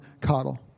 Cottle